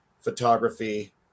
photography